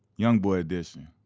young boy edition.